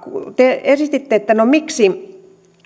kun te esititte että no miksi